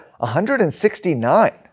169